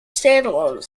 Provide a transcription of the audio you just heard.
standalone